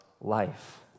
life